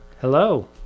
hello